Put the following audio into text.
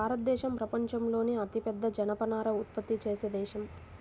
భారతదేశం ప్రపంచంలోనే అతిపెద్ద జనపనార ఉత్పత్తి చేసే దేశం